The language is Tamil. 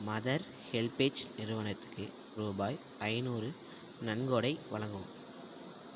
மதர் ஹெல்பேஜ் நிறுவனத்துக்கு ரூபாய் ஐநூறு நன்கொடை வழங்கவும்